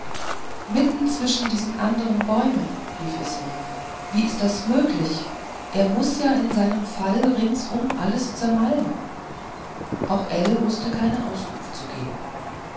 mitten zwischen diesen anderen bäumen rief isma wie ist das möglich er muß ja in seinem fall ringsum alles zermalmen auch ell wußte keine auskunft zu geben